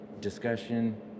discussion